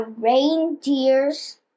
reindeer's